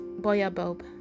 Boyabob